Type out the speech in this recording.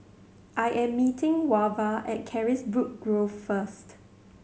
I am meeting Wava at Carisbrooke Grove first